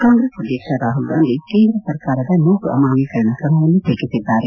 ಕಾಂಗ್ರೆಸ್ ಅಧ್ಯಕ್ಷ ರಾಪುಲ್ಗಾಂಧಿ ಕೇಂದ್ರ ಸರ್ಕಾರದ ನೋಟು ಅಮಾನ್ಜೀಕರಣ ಕ್ರಮವನ್ನು ಟೀಕಿಸಿದ್ದಾರೆ